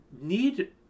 need